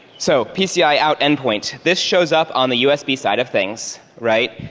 so pci out end point. this shows up on the usb side of things, right?